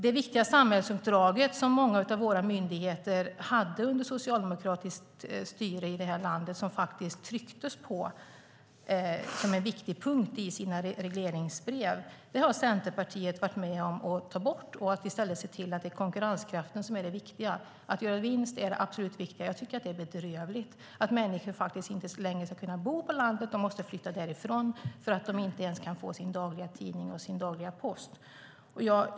Det viktiga samhällsuppdrag som många av våra myndigheter hade under socialdemokratiskt styre i detta land, som man tryckte på som en viktig punkt i sina regleringsbrev, har Centerpartiet varit med om att ta bort för att i stället se till att konkurrenskraften är det viktiga och att göra vinst är det absolut viktigaste. Jag tycker att det är bedrövligt att människor inte längre ska kunna bo på landet utan måste flytta därifrån därför att de inte ens kan få sin dagliga tidning och sin dagliga post.